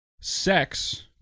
sex